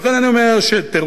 לכן אני אומר שתירוצים,